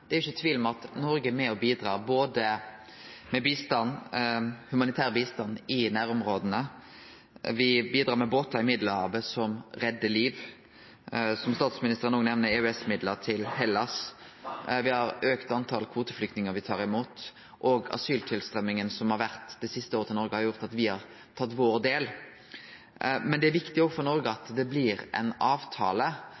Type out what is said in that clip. Det er ikkje tvil om at Noreg er med på å bidra med humanitær bistand i nærområda. Me bidreg både med båtar i Middelhavet, som reddar liv, og som statsministeren òg nemner, med EØS-midlar til Hellas. Me har auka talet på kvoteflyktningar me tar imot, og asyltilstrøyminga som har vore det siste året til Noreg, har gjort at me har tatt vår del. Men det er viktig òg for Noreg